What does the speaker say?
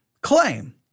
claim